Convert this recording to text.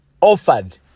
offered